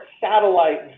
satellite